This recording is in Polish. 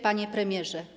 Panie Premierze!